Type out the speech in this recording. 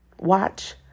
Watch